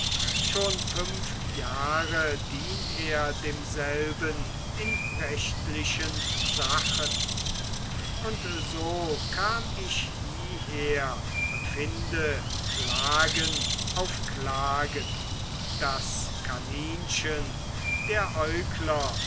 schon fünf jahre dient er demselben in rechtlichen sachen und so kam ich hieher und finde klagen auf klagen das kaninchen der äugler